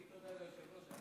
חזק וברוך.